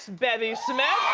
bevy smith.